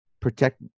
protect